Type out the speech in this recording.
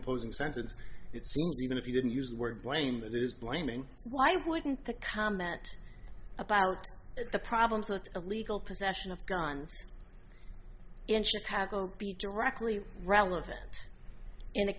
imposing sentence it seems even if you didn't use the word blame that is blaming why wouldn't the comment about the problems that illegal possession of guns in chicago be directly relevant in a